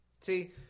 See